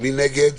מי נגד?